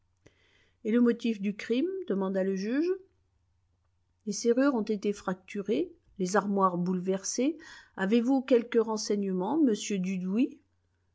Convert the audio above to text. et le motif du crime demanda le juge les serrures ont été fracturées les armoires bouleversées avez-vous quelques renseignements monsieur dudouis